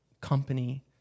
company